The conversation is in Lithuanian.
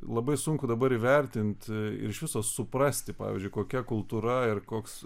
labai sunku dabar įvertinti ir iš viso suprasti pavyzdžiui kokia kultūra ir koks